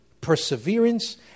perseverance